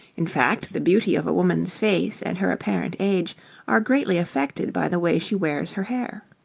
in fact, the beauty of a woman's face and her apparent age are greatly affected by the way she wears her hair.